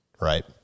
right